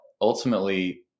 ultimately